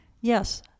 Yes